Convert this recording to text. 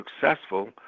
successful